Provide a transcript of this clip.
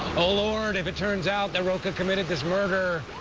oh, lord, if it turns out that rocha committed this murder,